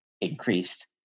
increased